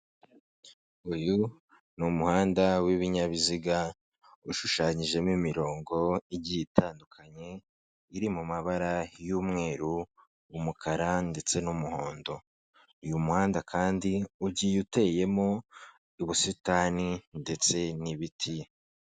Uyu ni umuhanda w'ibinyabiziga, ushushanyijemo imirongo igiye itandukanye, iri mu mabara y'umweru, umukara ndetse n'umuhondo, uyu muhanda kandi ugiye uteyemo ubusitani ndetse n'ibiti.